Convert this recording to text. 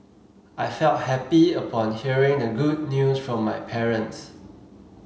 I felt happy upon hearing the good news from my parents